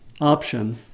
option